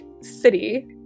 city